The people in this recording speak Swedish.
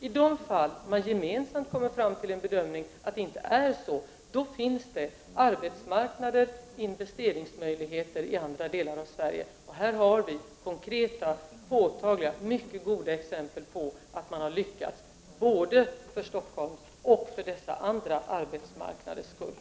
I de fall man gemensamt kommer fram till bedömningen att det inte är så, finns det arbetsmarknader och investeringsmöjligheter i andra delar av Sverige. Här har vi konkreta, påtagliga och mycket goda exempel på att man har lyckats både för Stockholms och för dessa andra arbetsmarknaders vidkommande.